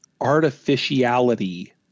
artificiality